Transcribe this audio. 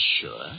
sure